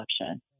option